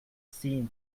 seem